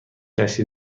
کشتی